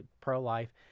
pro-life